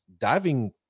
Diving